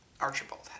Archibald